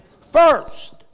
First